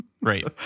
right